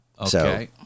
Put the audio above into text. Okay